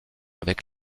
avec